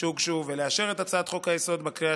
שהוגשו ולאשר את הצעת חוק-היסוד בקריאה